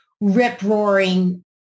rip-roaring